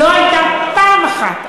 לא הייתה פעם אחת,